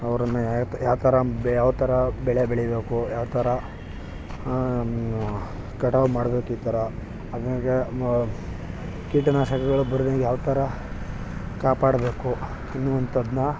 ಅವ್ರನ್ನು ಯಾವ ಥರ ಬೇ ಯಾವ ಥರ ಬೆಳೆ ಬೆಳೀಬೇಕು ಯಾವ ಥರ ಕಟಾವು ಮಾಡ್ಬೇಕು ಈ ಥರ ಕೀಟನಾಶಕಗಳು ಬರ್ದಂಗೆ ಯಾವ ಥರ ಕಾಪಾಬೇಕು ಅನ್ನುವಂಥದನ್ನ